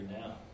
now